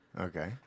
Okay